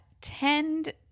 tend